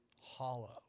hollow